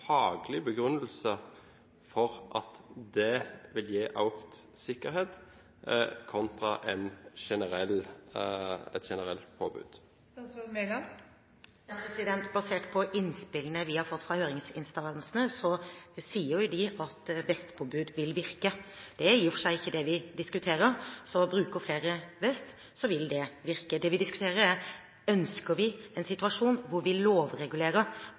begrunnelse for at det vil gi økt sikkerhet kontra et generelt påbud? Innspillene vi har fått fra høringsinstansene, sier at vestpåbud vil virke. Det er i og for seg ikke det vi diskuterer. Bruker flere vest, vil det virke. Det vi diskuterer, er om vi ønsker en situasjon hvor vi lovregulerer